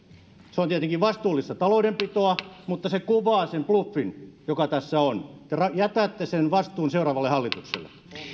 se on tietenkin vastuullista taloudenpitoa mutta se kuvaa sen bluffin joka tässä on te jätätte sen vastuun seuraavalle hallitukselle